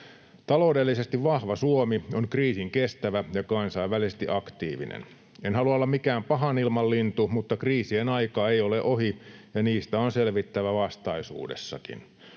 Taloudellisesti vahva Suomi on kriisinkestävä ja kansainvälisesti aktiivinen. En halua olla mikään pahanilmanlintu, mutta kriisien aika ei ole ohi, ja niistä on selvittävä vastaisuudessakin.